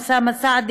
אוסאמה סעדי